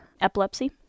epilepsy